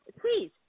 please